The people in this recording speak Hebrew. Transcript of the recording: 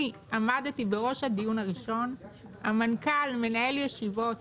אני עמדתי בראש הדיון הראשון, המנכ"ל מנהל ישיבות